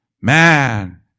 Man